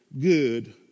good